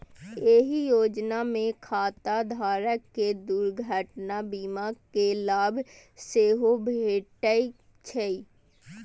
एहि योजना मे खाता धारक कें दुर्घटना बीमा के लाभ सेहो भेटै छै